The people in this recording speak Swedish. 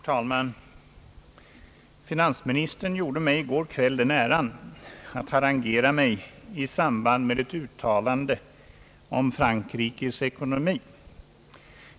Herr talman! Finansministern gjorde mig i går den äran att harangera mig i samband med ett uttalande om Frankrikes ekonomi.